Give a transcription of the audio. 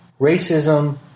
racism